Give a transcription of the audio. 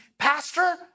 Pastor